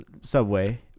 Subway